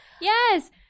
yes